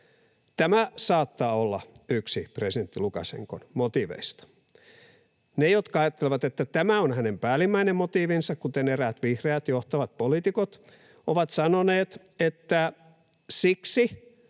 Tämä saattaa olla yksi presidentti Lukašenkan motiiveista. Ne, jotka ajattelevat, että tämä on hänen päällimmäinen motiivinsa, kuten eräät vihreät johtavat poliitikot, ovat sanoneet, että siksi